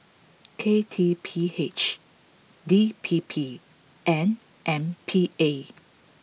K T P H D P P and M P A